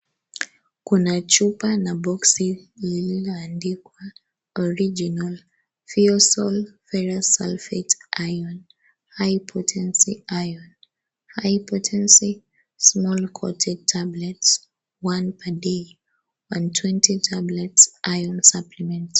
Kuna chupa na boksi lililo andikwa original felsol ferol sulphate ion, high potensy ion, high potensy small content tablet one per day,120 tablets ion supplements .